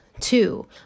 Two